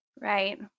right